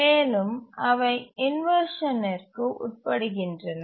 மேலும் அவை இன்வர்ஷன்ற்கு உட்படுகின்றன